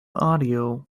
audio